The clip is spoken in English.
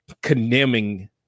condemning